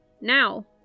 Now